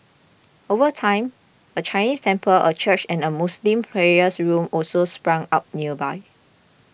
over time a Chinese temple a church and a Muslim prayers room also sprang up nearby